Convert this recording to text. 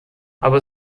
aber